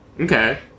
Okay